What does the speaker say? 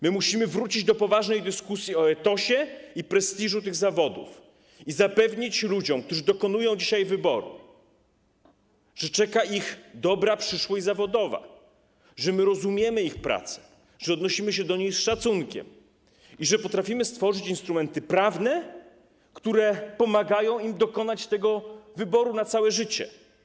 My musimy wrócić do poważnej dyskusji o etosie i prestiżu tych zawodów i zapewnić ludzi, którzy dokonują dzisiaj wyboru, że czeka ich dobra przyszłość zawodowa, że my rozumiemy ich pracę, że odnosimy się do niej z szacunkiem i że potrafimy stworzyć instrumenty prawne, które pomagają im dokonać wyboru na całe życie.